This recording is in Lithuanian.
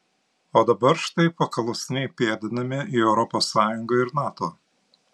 o dabar štai paklusniai pėdiname į europos sąjungą ir nato